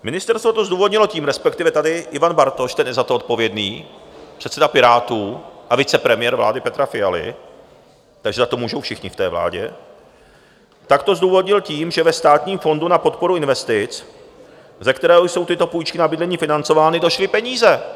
Ministerstvo to zdůvodnilo tím, respektive tady Ivan Bartoš, ten je za to odpovědný, předseda Pirátů a vicepremiér vlády Petra Fialy, takže za to můžou všichni v té vládě, to zdůvodnil tím, že ve Státním fondu podpory investic, ze kterého jsou tyto půjčky na bydlení financovány, došly peníze.